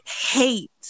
hate